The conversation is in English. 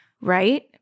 Right